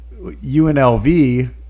UNLV